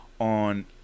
on